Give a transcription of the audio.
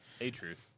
A-truth